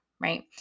Right